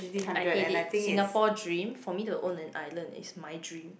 I hate it Singapore dream for me to own an island is my dream